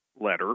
letter